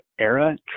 era